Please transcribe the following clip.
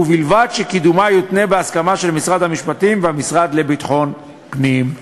ובלבד שקידומה יותנה בהסכמה של משרד המשפטים והמשרד לביטחון פנים.